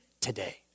today